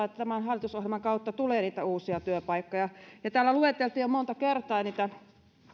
että tämän hallitusohjelman kautta tulee niitä uusia työpaikkoja täällä lueteltiin jo monta kertaa niitä